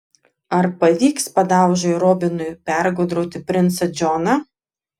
ar pavyks padaužai robinui pergudrauti princą džoną